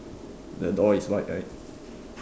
the door is white right